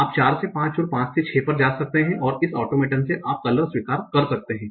आप ४ से ५ और ५ से ६ पर जा सकते हैं और इस ऑटोमेटन से आप कलर स्वीकार कर सकते हैं